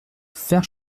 fère